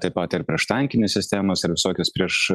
taip pat ir prieštankinės sistemos ir visokios prieš